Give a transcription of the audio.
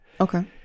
Okay